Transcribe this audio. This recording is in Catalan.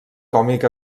còmic